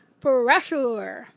pressure